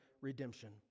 redemption